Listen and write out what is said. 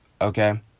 okay